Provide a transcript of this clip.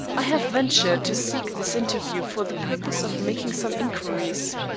i have ventured to seek this interview for the purpose of making some inquiries.